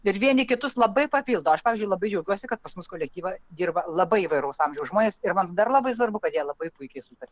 ir vieni kitus labai papildo aš pavyzdžiui labai džiaugiuosi kad pas mus kolektyve dirba labai įvairaus amžiaus žmonės ir man dar labai svarbu kad jie labai puikiai sutaria